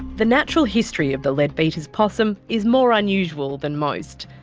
the natural history of the leadbeater's possum is more unusual than most.